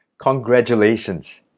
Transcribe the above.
Congratulations